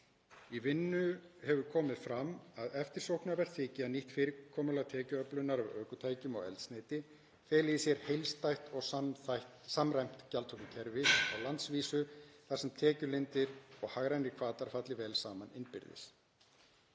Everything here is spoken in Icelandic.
vinnu hefur komið fram að eftirsóknarvert þyki að nýtt fyrirkomulag tekjuöflunar af ökutækjum og eldsneyti feli í sér heildstætt og samræmt gjaldtökukerfi á landsvísu þar sem tekjulindir og hagrænir hvatar falli vel saman innbyrðis.